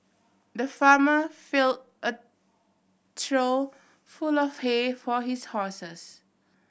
the farmer filled a trough full of hay for his horses